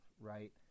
right